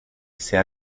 c’est